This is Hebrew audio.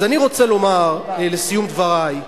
אז אני רוצה לומר, לסיום דברי,